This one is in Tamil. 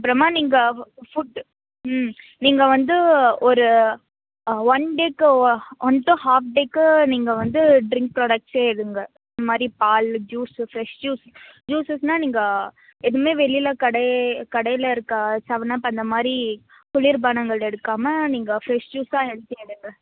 அப்புறமா நீங்கள் ஃபுட்டு ம் நீங்கள் வந்து ஒரு ஒன் டேக்கு ஓ ஒன் டூ ஹாஃப் டேக்கு நீங்கள் வந்து ட்ரிங் ப்ராடெக்ட்ஸே எடுங்க இந்த மாதிரி பால் ஜூஸு ஃப்ரெஷ் ஜூஸ் ஜுஸெஸ்னா நீங்கள் எதுவுமே வெளியில் கடை கடையில் இருக்க சவன் அப் அந்த மாதிரி குளிர்பானங்கள் எடுக்காமல் நீங்கள் ஃப்ரெஷ் ஜூஸாக எடுத்து எடுங்க